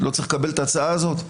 לא צריך לקבל את ההצעה הזאת.